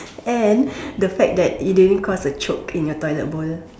and the fact it didn't cause a choke in your toilet bowl